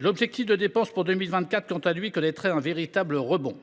L’objectif de dépenses pour 2024, quant à lui, connaîtrait un véritable rebond.